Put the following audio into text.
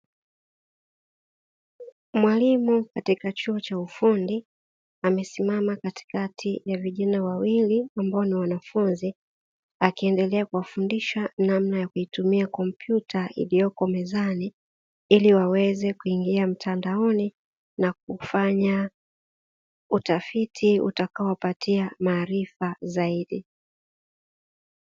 Mwalimu katika chuo cha ufundi amesimama katikati ya vijana wawili ambao ni wanafunzi, akiendelea kuwafundisha namna ya kutumia kompyuta iliyopo mezani, ili waweze kuingia mtandaoni na kufanya utafiti utakao wapatia maarifa zaidi.